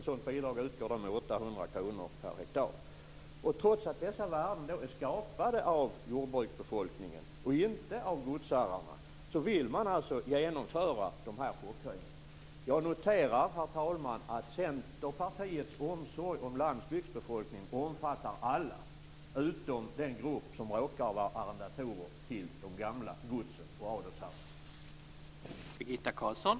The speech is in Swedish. Sådana bidrag utgår med 800 kr per hektar. Trots att dessa värden är skapade av jordbruksbefolkningen och inte av godsherrarna vill man genomföra denna chockhöjning. Jag noterar, herr talman, att Centerpartiets omsorg om landsbygdsbefolkningen omfattar alla utom den grupp som råkar vara arrendatorer till de gamla godsen och adelsherrarna.